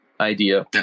idea